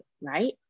Right